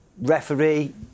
referee